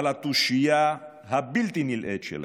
על התושייה הבלתי-נלאית שלהם.